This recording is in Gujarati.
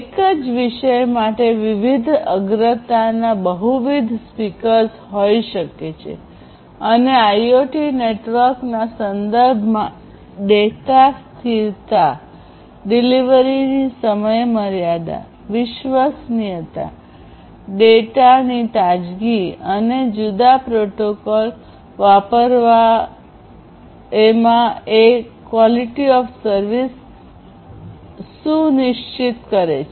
એક જ વિષય માટે વિવિધ અગ્રતાના બહુવિધ સ્પીકર્સ હોઈ શકે છે અને આઇઓટી નેટવર્કના સંદર્ભમાં ડેટા સ્થિરતા ડિલિવરીની સમયમર્યાદા વિશ્વસનીયતા ડેટાની તાજગી અને જુદા પ્રોટોકોલ વાપરવા એમાં એ QoS સુનિશ્ચિત કરે છે